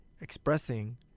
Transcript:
expressing